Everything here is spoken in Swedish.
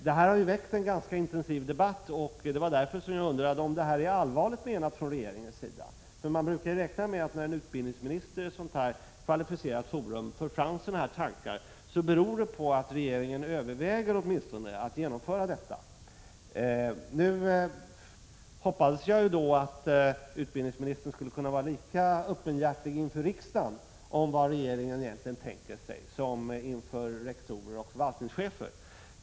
Detta har väckt en ganska intensiv debatt och det var därför jag undrade om detta är allvarligt menat från regeringens sida. Man brukar räkna med att när en utbildningsminister i ett så kvalificerat forum för fram sådana tankar beror det på att regeringen åtminstone överväger att genomföra dessa ideér. Nu hoppades jag att utbildningsministern skulle vara lika öppenhjärtig inför riksdagen om vad regeringen egentligen tänker sig som inför rektorer och förvaltningschefer.